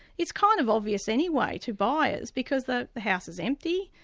it's kind of obvious anyway to buyers, because the house is empty,